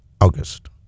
August